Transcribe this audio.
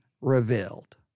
revealed